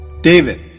David